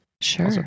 Sure